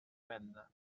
venda